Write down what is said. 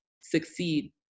succeed